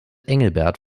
engelbert